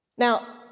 Now